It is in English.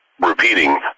Repeating